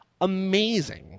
amazing